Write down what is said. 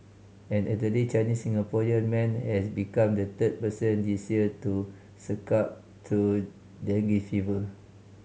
an elderly Chinese Singaporean man has become the third person this year to succumb to dengue fever